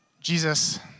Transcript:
Jesus